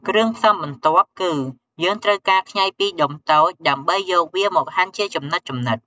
គ្រឿងផ្សំបន្ទាប់គឺ យើងត្រូវការខ្ញី២ដុំតូច ដើម្បីយកវាមកហាន់ជាចំណិតៗ។